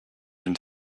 une